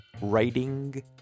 writing